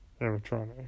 animatronic